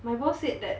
my boss said that